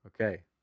Okay